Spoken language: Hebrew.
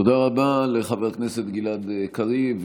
תודה רבה לחבר הכנסת גלעד קריב,